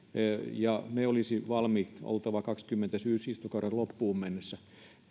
ja niiden olisi oltava valmiit vuoden kaksikymmentä syysistuntokauden loppuun mennessä